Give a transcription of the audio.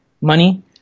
money